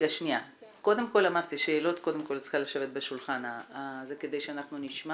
קודם כל את צריכה לשבת בשולחן כדי שאנחנו נשמע